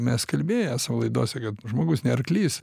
mes kalbėję savo laidose kad žmogus ne arklys